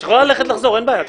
את יכולה ללכת ולחזור, אין בעיה.